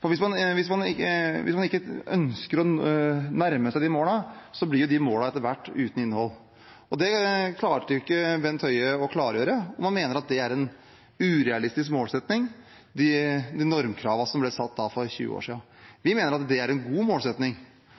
feil. Hvis man ikke ønsker å nærme seg de målene, blir de etter hvert uten innhold. Det klarte ikke Bent Høie å klargjøre, om han mener at de normkravene som ble satt for 20 år siden, er en urealistisk målsetting. Vi mener det er en god målsetting.